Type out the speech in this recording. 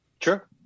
Sure